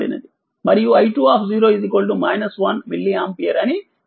మరియు i2 1 milliampere అని ఇవ్వబడినది